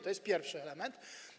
To jest pierwszy element.